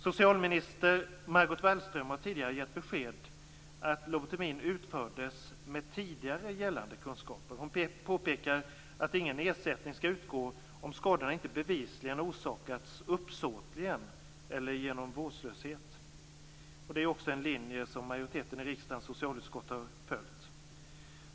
Socialminister Margot Wallström har tidigare gett besked om att lobotomin utfördes med tidigare gällande kunskaper. Hon påpekar att ingen ersättning skall utgå om skadorna inte bevisligen orsakats uppsåtligen eller genom vårdslöshet. Det är också en linje som majoriteten i riksdagens socialutskott har följt.